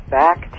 back